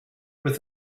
with